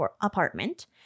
apartment